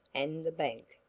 and the bank.